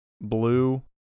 blue